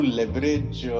leverage